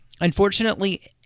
unfortunately